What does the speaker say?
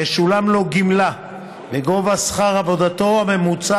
תשולם לו גמלה בגובה שכר עבודתו הממוצע